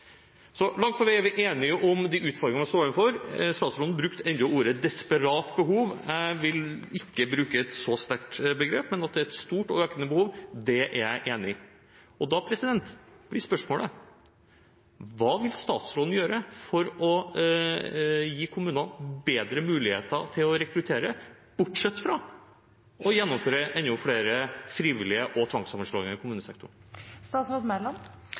Så langt på vei er vi enige om de utfordringene vi står overfor. Statsråden brukte endatil ordet «desperat behov». Jeg vil ikke bruke et så sterkt begrep, men at det er et stort og økende behov, det er jeg enig i. Da blir spørsmålet: Hva vil statsråden gjøre for å gi kommunene bedre muligheter til å rekruttere, bortsett fra å gjennomføre enda flere frivillige sammenslåinger og tvangssammenslåinger i kommunesektoren?